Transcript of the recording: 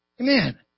Amen